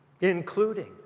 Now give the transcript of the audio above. including